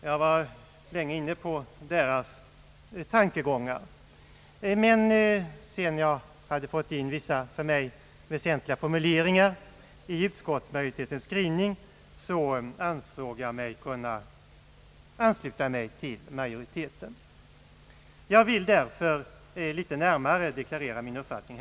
Jag var länge inne på reservanternas tankegångar, men sedan jag fått in vissa för mig väsentliga formuleringar i utskottsmajoritetens skrivning fann jag det möjligt att ansluta mig till majoriteten. Jag vill därför litet närmare här deklarera min uppfattning.